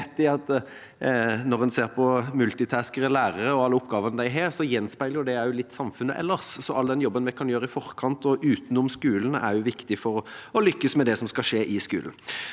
rett i at når en ser på multitaskingen til lærere og alle oppgavene de har, gjenspeiler det litt samfunnet ellers. All den jobben vi kan gjøre i forkant og utenom skolen, er viktig for å lykkes med det som skal skje i skolen.